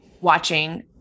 watching